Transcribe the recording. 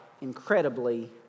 incredibly